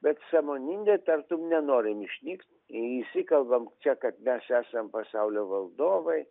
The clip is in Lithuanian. bet sąmoningai tartum nenorim išnykt įsikalbam čia kad mes esam pasaulio valdovai